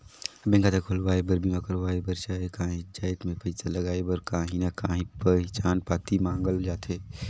bank खाता खोलवाए बर, बीमा करवाए बर चहे काहींच जाएत में पइसा लगाए बर काहीं ना काहीं पहिचान पाती मांगल जाथे